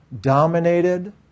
dominated